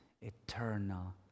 eternal